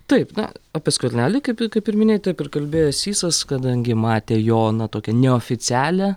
taip na apie skvernelį kaip kaip ir minėjai taip ir kalbėjo sysas kadangi matė jo na tokią neoficialią